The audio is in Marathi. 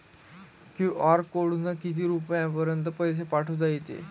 क्यू.आर कोडनं किती रुपयापर्यंत पैसे पाठोता येते?